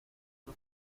tus